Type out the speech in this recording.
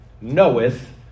knoweth